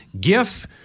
GIF-